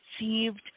received